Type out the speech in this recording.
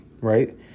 right